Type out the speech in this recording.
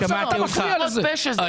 ועכשיו אתה מפריע בזה.